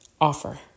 offer